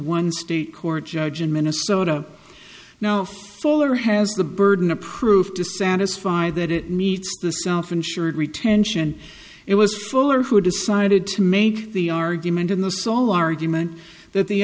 one state court judge in minnesota no fuller has the burden of proof to satisfy that it meets the self insured retention it was fuller who decided to make the argument in the small argument that the